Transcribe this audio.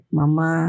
mama